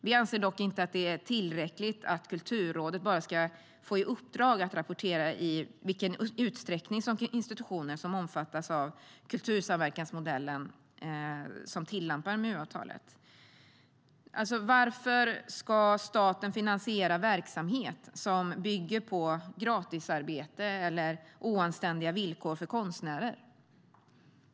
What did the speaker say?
Vi anser dock inte att det är tillräckligt att Kulturrådet bara ska få i uppdrag att rapportera i vilken utsträckning institutioner som omfattas av kultursamverkansmodellen tillämpar MU-avtalet. Varför ska staten finansiera verksamhet som bygger på gratisarbete eller oanständiga villkor för konstnärer?